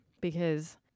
because-